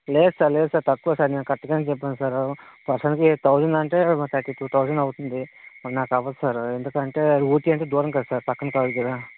లేదు సార్ లేదు సార్ తక్కువ నేను కరెక్ట్గానే చెప్పాను సార్ పర్సన్కి ఎయిట్ థౌసండ్ అంటే ఒక థర్టీ టూ థౌసండ్ అవుతుంది నాకు అవ్వదు సార్ ఎందుకంటే ఊటీ అంటే దూరం కదా సార్ పక్కన కాదు కదా